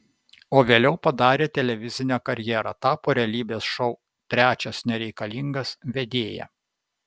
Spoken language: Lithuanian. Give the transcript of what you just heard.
o vėliau padarė televizinę karjerą tapo realybės šou trečias nereikalingas vedėja